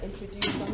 introduce